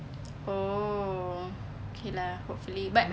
oh okay lah hopefully but